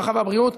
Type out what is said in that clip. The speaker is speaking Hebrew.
הרווחה והבריאות,